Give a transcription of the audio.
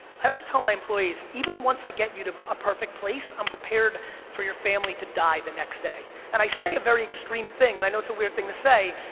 i always tell my employees, even once i get you to a perfect place, i'm prepared for your family to die the next day. and i say a very extreme thing and i know it's a weird thing to say,